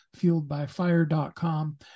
fueledbyfire.com